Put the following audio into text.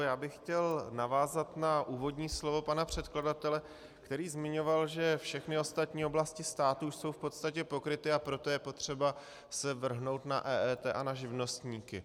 Já bych chtěl navázat na úvodní slovo pana předkladatele, který zmiňoval, že všechny ostatní oblasti státu jsou v podstatě pokryty, a proto je potřeba se vrhnout na EET a na živnostníky.